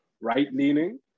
right-leaning